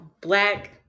black